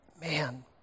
man